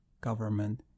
government